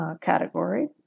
category